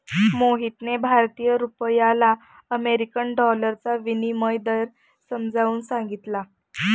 मोहितने भारतीय रुपयाला अमेरिकन डॉलरचा विनिमय दर समजावून सांगितला